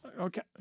Okay